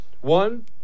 One